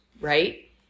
right